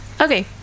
Okay